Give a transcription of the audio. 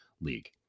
league